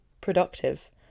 productive